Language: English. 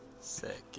Second